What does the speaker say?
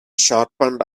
sharpened